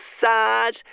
sad